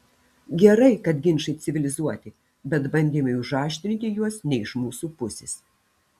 gerai kad ginčai civilizuoti bet bandymai užaštrinti juos ne iš mūsų pusės